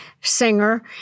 singer